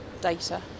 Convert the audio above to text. data